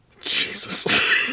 Jesus